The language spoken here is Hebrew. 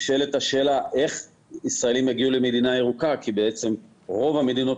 נשאלת השאלה איך ישראלים יגיעו למדינה ירוקה כי בעצם רוב המדינות